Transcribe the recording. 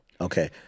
Okay